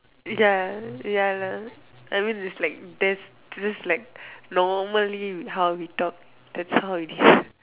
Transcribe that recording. ya ya lah I mean it's like that's just like normally how we talk that's how it is